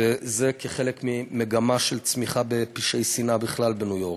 וזה חלק ממגמה של צמיחה של פשעי שנאה בכלל בניו-יורק.